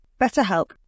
BetterHelp